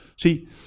See